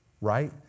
Right